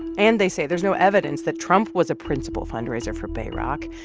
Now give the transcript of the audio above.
and they say there's no evidence that trump was a principal fundraiser for bayrock.